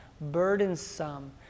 burdensome